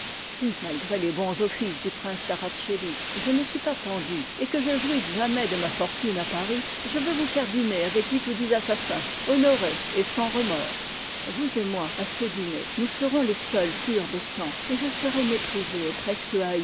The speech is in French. si malgré les bons offices du prince d'araceli je ne suis pas pendu et que je jouisse jamais de ma fortune à paris je veux vous faire dîner avec huit ou dix assassins honorés et sans remords vous et moi à ce dîner nous serons les seuls purs de sang mais je serai méprisé et presque